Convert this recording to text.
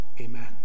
Amen